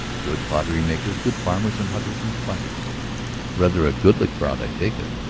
good pottery-makers, good farmers and hunters and fighters rather a goodly crowd, i take it.